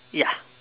ya